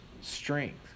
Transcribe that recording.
strength